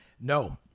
no